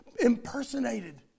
impersonated